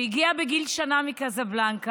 שהגיעה בגיל שנה מקזבלנקה,